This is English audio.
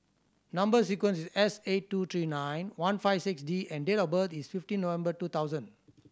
number sequence is S eight two three nine one five six D and date of birth is fifteen November two thousand